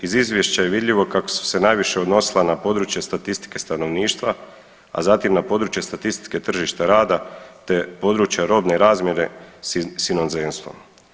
Iz izvješća je vidljivo kako su se najviše odnosila na područje statistike stanovništva, a zatim na području statistike tržišta rada te područja robne razmjene s inozemstvom.